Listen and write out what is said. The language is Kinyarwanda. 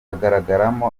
agaragaramo